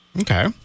Okay